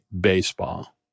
baseball